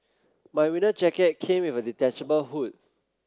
my winter jacket came with a detachable hood